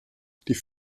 die